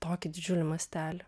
tokį didžiulį mastelį